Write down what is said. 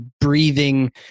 breathing